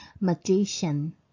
Magician